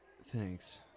Thanks